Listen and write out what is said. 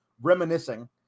reminiscing